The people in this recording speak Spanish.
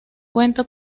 cuenta